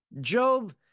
Job